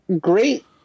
great